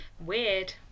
weird